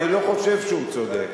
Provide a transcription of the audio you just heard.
ואני לא חושב שהוא צודק.